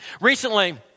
Recently